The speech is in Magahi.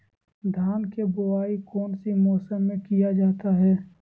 धान के बोआई कौन सी मौसम में किया जाता है?